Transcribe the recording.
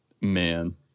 Man